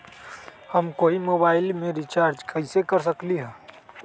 हम कोई मोबाईल में रिचार्ज कईसे कर सकली ह?